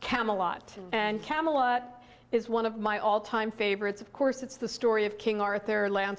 camelot and camelot is one of my all time favorites of course it's the story of king arthur lan